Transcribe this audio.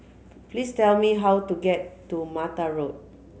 please tell me how to get to Mata Road